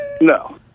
No